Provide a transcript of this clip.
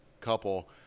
couple